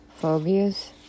phobias